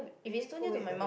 maybe pull it a bit